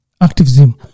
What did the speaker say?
activism